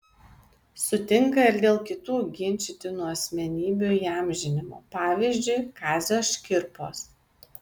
sutinka ir dėl kitų ginčytinų asmenybių įamžinimo pavyzdžiui kazio škirpos